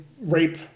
rape